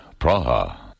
Praha